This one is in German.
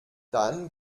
dann